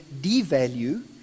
devalue